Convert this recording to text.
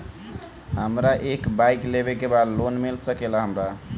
हमरा एक बाइक लेवे के बा लोन मिल सकेला हमरा?